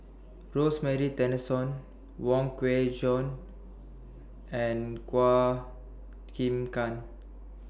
Rosemary Tessensohn Wong Kwei Cheong and Chua Chim Kang